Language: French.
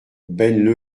benne